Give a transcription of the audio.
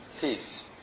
peace